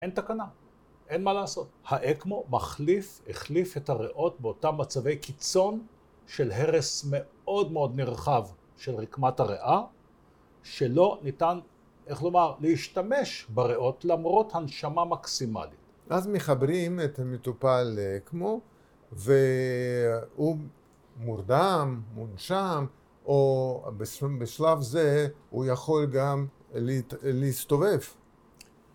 אין תקנה, אין מה לעשות. האקמו מחליף, החליף את הריאות באותם מצבי קיצון של הרס מאוד מאוד נרחב של רקמת הריאה שלא ניתן, איך לומר, להשתמש בריאות למרות הנשמה מקסימלית. אז מחברים את המטופל לאקמו והוא מורדם, מונשם, או בשלב זה הוא יכול גם להסתובב.